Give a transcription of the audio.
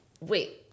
Wait